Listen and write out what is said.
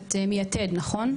אני יודעת אתם יתד נכון?